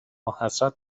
حسرت